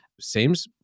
Seems